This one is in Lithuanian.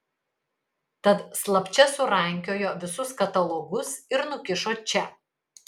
tad slapčia surankiojo visus katalogus ir nukišo čia